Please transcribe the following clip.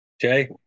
Jay